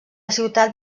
ciutat